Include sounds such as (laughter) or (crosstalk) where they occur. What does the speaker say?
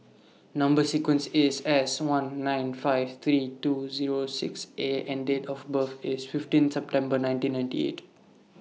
Number sequence IS S one nine five three two Zero six A and Date of birth IS fifteen September nineteen ninety eight (noise)